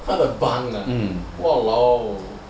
他的 bunk ah !walao!